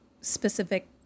specific